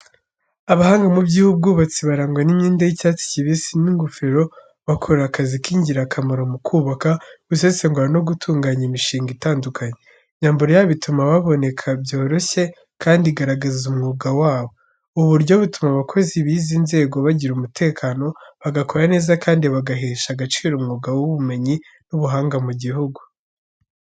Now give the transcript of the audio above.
Abahanga mu by'ubwubatsi barangwa n’imyenda y’icyatsi kibisi n’ingofero bakora akazi k’ingirakamaro mu kubaka, gusesengura no gutunganya imishinga itandukanye. Imyambaro yabo ituma baboneka byoroshye kandi igaragaza umwuga wabo. Ubu buryo butuma abakozi b'izi nzego bagira umutekano, bagakora neza kandi bagahesha agaciro umwuga w'ubumenyi n'ubuhanga mu gihugu.